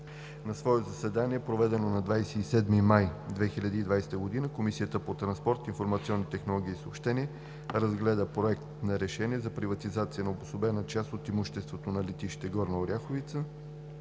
На свое заседание, проведено на 27 май 2020 г., Комисията по транспорт, информационни технологии и съобщения разгледа Проект на решение за приватизация на обособена част от имуществото на „Летище Горна Оряховица“